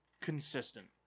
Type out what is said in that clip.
consistent